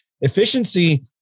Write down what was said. efficiency